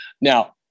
Now